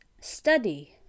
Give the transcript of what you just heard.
study